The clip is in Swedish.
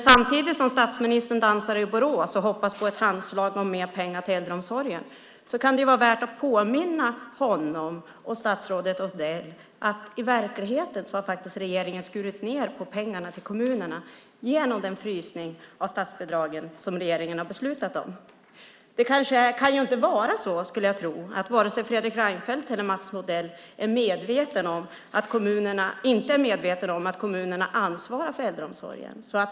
Samtidigt som statsministern dansar i Borås och hoppas på ett handslag om mer pengar till äldreomsorgen kan det dock vara värt att påminna honom och statsrådet Odell om att regeringen i verkligheten har skurit ned pengarna till kommunerna genom den frysning av statsbidragen som regeringen har beslutat om. Jag tror inte att vare sig Fredrik Reinfeldt eller Mats Odell kan vara omedveten om att kommunerna ansvarar för äldreomsorgen.